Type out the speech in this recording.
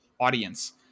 audience